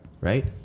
right